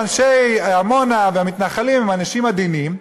אנשי עמונה והמתנחלים הם אנשים עדינים,